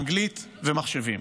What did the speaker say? אנגלית ומחשבים.